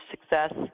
success